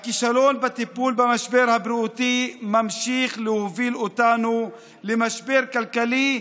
הכישלון בטיפול במשבר הבריאותי ממשיך להוביל אותנו למשבר כלכלי,